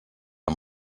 amb